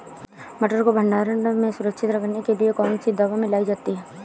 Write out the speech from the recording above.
मटर को भंडारण में सुरक्षित रखने के लिए कौन सी दवा मिलाई जाती है?